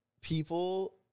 people